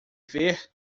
ver